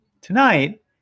Tonight